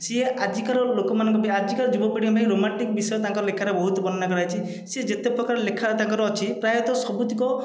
ସିଏ ଆଜିକାର ଲୋକମାନଙ୍କ ପାଇଁ ଆଜିକାର ଯୁବପିଢ଼ିଙ୍କ ପାଇଁ ରୋମାଣ୍ଟିକ ବିଷୟ ତାଙ୍କ ଲେଖାରେ ବହୁତ ବର୍ଣ୍ଣନା କରାଯାଇଛି ସିଏ ଯେତେପ୍ରକାର ଲେଖା ତାଙ୍କର ଅଛି ପ୍ରାୟତଃ ସବୁତକ